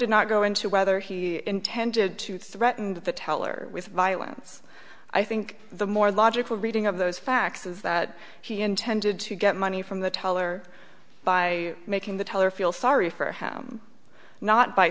did not go into whether he intended to threaten the teller with violence i think the more logical reading of those facts is that he intended to get money from the teller by making the teller feel sorry for him not by